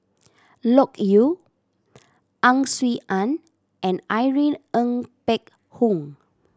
Loke Yew Ang Swee Aun and Irene Ng Phek Hoong